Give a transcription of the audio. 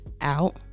out